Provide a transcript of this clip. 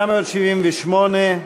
למי שמתעניין,